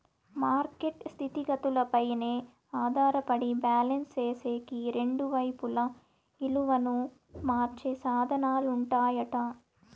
market స్థితిగతులపైనే ఆధారపడి balance సేసేకి రెండు వైపులా ఇలువను మార్చే సాధనాలుంటాయట